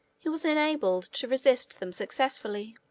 he was enabled to resist them successfully.